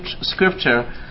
scripture